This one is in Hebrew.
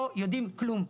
לא יודעים כלום,